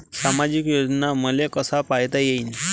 सामाजिक योजना मले कसा पायता येईन?